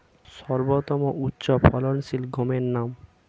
সর্বতম উচ্চ ফলনশীল গমের নাম কি?